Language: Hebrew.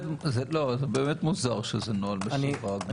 זה באמת מוזר שזה נוהל מסווג.